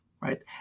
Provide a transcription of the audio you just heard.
right